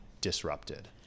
disrupted